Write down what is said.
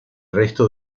resto